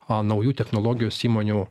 a naujų technologijos įmonių